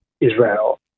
Israel